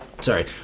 Sorry